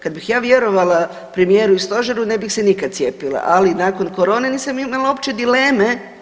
Kada bih ja vjerovala premijeru i stožeru ne bih se nikada cijepila, ali nakon korone nisam imala uopće dileme.